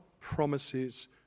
promises